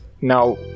Now